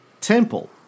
temple